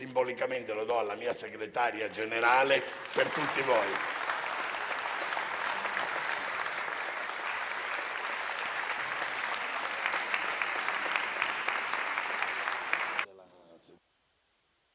Simbolicamente lo do alla mia Segretaria generale per tutti voi.